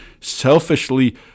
selfishly